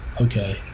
Okay